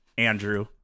Andrew